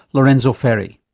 lorenzo ferri.